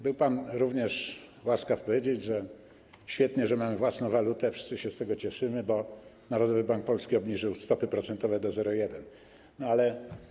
Był pan również łaskaw powiedzieć, że świetnie, że mamy własną walutę, wszyscy się z tego cieszymy, bo Narodowy Bank Polski obniżył stopy procentowe do 0,1.